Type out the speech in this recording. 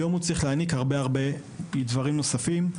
היום הוא צריך להעניק הרבה דברים נוספים.